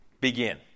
begin